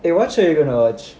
eh what show are you gonna watch